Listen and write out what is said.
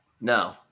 No